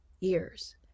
years